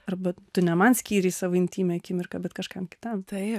arba tu ne man skyrei savo intymią akimirką bet kažkam kitam tai